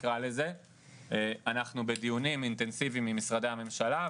אנחנו בדיונים אינטנסיביים עם משרדי הממשלה,